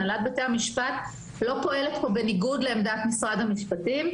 הנהלת בתי המשפט לא פועלת פה בניגוד לעמדת משרד המשפטים,